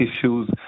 issues